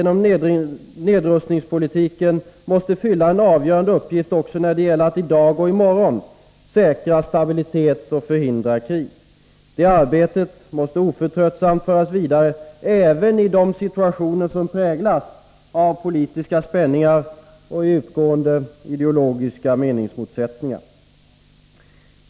Nedrustningspolitiken måste ha en avgörande uppgift också när det gäller att i dag och i morgon säkra stabilitet och förhindra krig. Det arbetet måste oförtröttsamt föras vidare även i situationer präglade av politiska spänningar och djupgående ideologiska meningsmotsättningar.